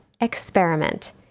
Experiment